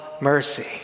mercy